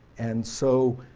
and so